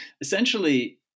essentially